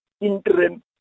interim